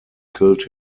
killed